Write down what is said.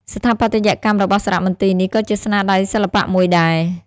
ស្ថាបត្យកម្មរបស់សារមន្ទីរនេះក៏ជាស្នាដៃសិល្បៈមួយដែរ។